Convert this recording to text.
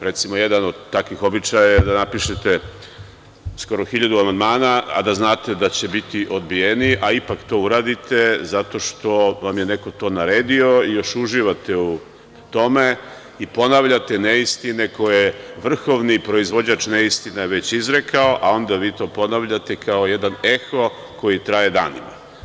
Recimo, jedan od takvih običaja je da napišete skoro 1000 amandmana, a da znate da će biti odbijeni, a ipak to uradite, zato što vam je neko to naredio, još uživate u tome i ponavljate neistine koje je vrhovni proizvođač neistina već izrekao, a onda vi to ponavljate kao jedan eho koji traje danima.